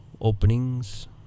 openings